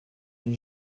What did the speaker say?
n’ai